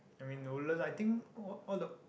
I mean the Woodland I think all all the